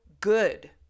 Good